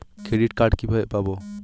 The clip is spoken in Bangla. ক্রেডিট কার্ড কিভাবে পাব?